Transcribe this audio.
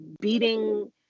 beating